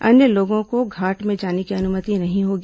अन्य लोगों को घाट में जाने की अनुमति नहीं होगी